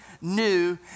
new